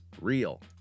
real